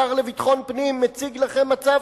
השר לביטחון פנים מציג לכם מצב,